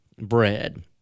bread